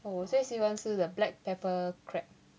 哦我最喜欢吃 the black pepper crab